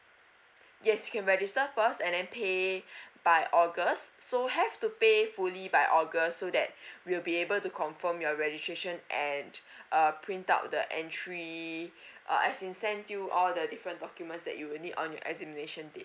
yes you can register first and then pay by august so have to pay fully by august so that we'll be able to confirm your registration and err print out the entry uh as in send you all the different documents that you need on your examination date